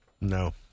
No